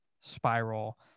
spiral